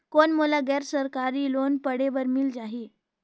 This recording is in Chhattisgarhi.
कौन मोला गैर सरकारी लोन पढ़े बर मिल जाहि?